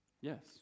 Yes